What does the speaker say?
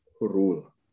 rule